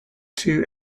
two